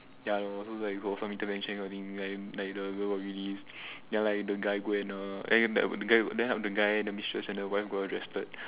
ya lor for me to mention that kind of thing like the girl got released ya lah the guy go and err the guy the mistress and the wife got arrested